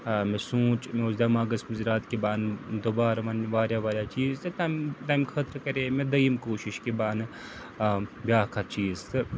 مےٚ سوٗنٛچ مےٚ اوس دٮ۪ماغَس منٛز راتھ کہِ بہٕ اَنہٕ دُبارٕ وَنہٕ واریاہ واریاہ چیٖز تہٕ تَمہِ تَمہِ خٲطرٕ کَرے مےٚ دٔیِم کوٗشِش کہِ بہٕ اَنہٕ بیٛاکھا چیٖز تہٕ